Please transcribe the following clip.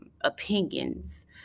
opinions